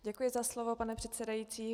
Děkuji za slovo, pane předsedající.